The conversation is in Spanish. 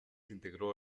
integró